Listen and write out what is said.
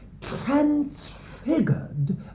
transfigured